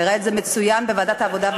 והראה את זה מצוין בוועדת העבודה,